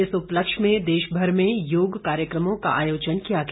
इस उपलक्ष्य में देश भर में योग कार्यकमों का आयोजन किया गया